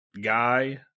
guy